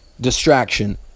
Distraction